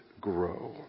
grow